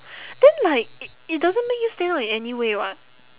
then like i~ it doesn't make you stand out in any way [what]